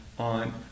on